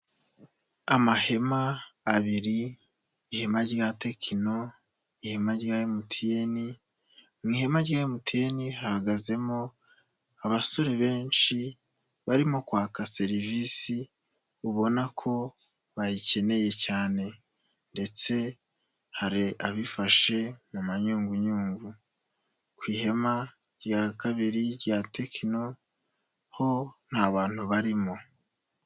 Amahema abiri, ihema rya Tecno, ihema rya MTN, mu ihema rya MTN, hahagazemo abasore benshi, barimo kwaka serivisi ubona ko bayikeneye cyane ndetse hari abifashe mu manyungunyugu, ku ihema rya kabiri rya Tecno ho nta bantu barimo.